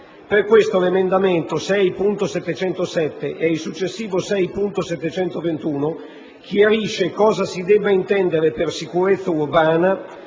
Perquesto l'emendamento 6.707 e il successivo 6.721 chiariscono cosa si debba intendere per sicurezza urbana,